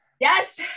Yes